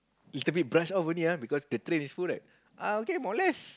little brush off only ah because the train is full right ah okay molest